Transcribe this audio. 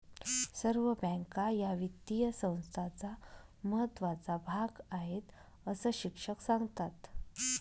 सर्व बँका या वित्तीय संस्थांचा महत्त्वाचा भाग आहेत, अस शिक्षक सांगतात